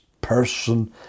person